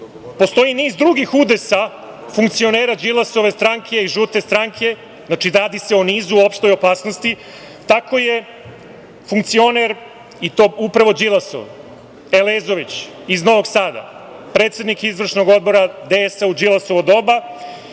Điki? Postoji niz drugih udesa funkcionera Đilasove stranke i žute stranke, znači, radi se o nizu opšte opasnosti. Tako je funkcioner i to upravo Đilasov, Elezović, iz Novog Sada, predsednik Izvršnog odbra DS u Đilasovo doba